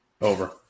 Over